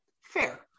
Fair